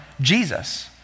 Jesus